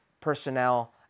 personnel